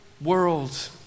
world